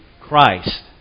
Christ